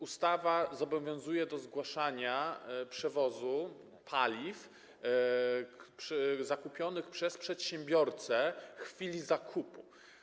Ustawa zobowiązuje do zgłaszania przewozu paliw zakupionych przez przedsiębiorcę w chwili zakupu.